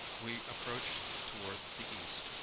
we approach toward the east,